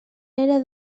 era